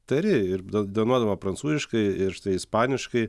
tari ir dainuodama prancūziškai ir štai ispaniškai